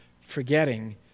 forgetting